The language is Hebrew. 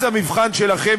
אז המבחן שלכם,